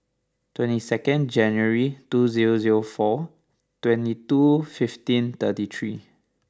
twenty second January two zero zero four twenty two fifteen thirty three